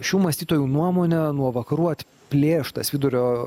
šių mąstytojų nuomone nuo vakarų atplėštas vidurio